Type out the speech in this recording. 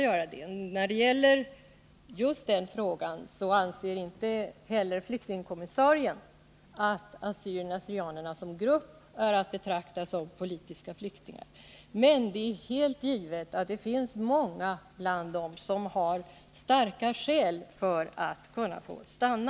Inte heller flyktingkommissarien anser att assyrierna och syrianerna som grupp är att betrakta som politiska flyktingar. Men det är helt givet att det finns många bland dem som har starka skäl för att stanna i Sverige.